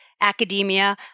academia